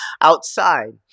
outside